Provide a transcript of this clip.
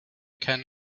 can